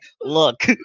look